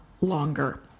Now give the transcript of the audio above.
longer